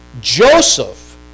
Joseph